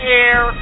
air